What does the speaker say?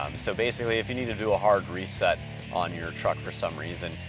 um so basically, if you need to do a hard reset on your truck for some reason,